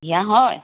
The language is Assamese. বিয়া হয়